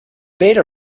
beta